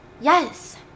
Yes